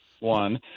one